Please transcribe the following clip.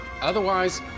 Otherwise